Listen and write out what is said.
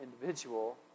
individual